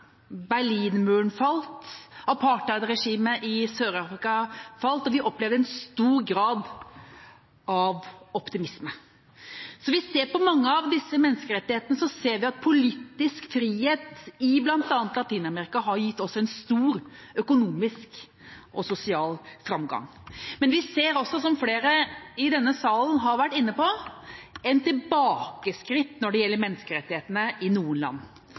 i Sør-Afrika falt, og vi opplevde en stor grad av optimisme. Hvis vi ser på mange av disse menneskerettighetene, ser vi at politisk frihet i bl.a. Latin-Amerika også har gitt stor økonomisk og sosial framgang. Men vi ser også, som flere i denne salen har vært inne på, et tilbakeskritt når det gjelder menneskerettighetene i